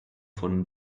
von